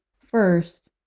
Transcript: first